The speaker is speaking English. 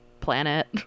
planet